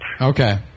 Okay